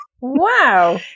Wow